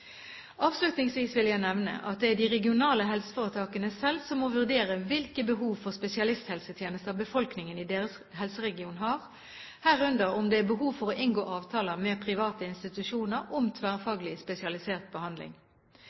Avslutningsvis vil jeg nevne at det er de regionale helseforetakene selv som må vurdere hvilke behov for spesialisthelsetjenester befolkningen i deres helseregion har, herunder om det er behov for å inngå avtaler med private institusjoner om tverrfaglig spesialisert behandling.